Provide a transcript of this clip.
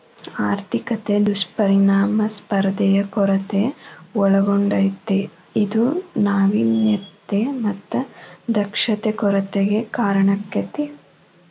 ಆರ್ಥಿಕತೆ ದುಷ್ಪರಿಣಾಮ ಸ್ಪರ್ಧೆಯ ಕೊರತೆ ಒಳಗೊಂಡತೇ ಇದು ನಾವಿನ್ಯತೆ ಮತ್ತ ದಕ್ಷತೆ ಕೊರತೆಗೆ ಕಾರಣಾಕ್ಕೆತಿ